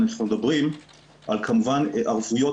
אנחנו מדברים על ערבויות,